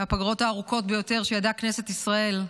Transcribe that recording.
מהפגרות הארוכות ביותר שידעה כנסת ישראל.